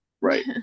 Right